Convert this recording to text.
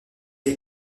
est